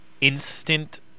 instant